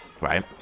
right